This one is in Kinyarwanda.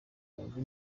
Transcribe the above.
ibihumbi